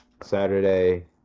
Saturday